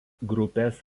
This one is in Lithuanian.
grupės